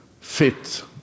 fit